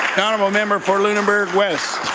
honourable member for lunenburg west.